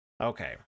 Okay